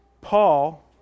Paul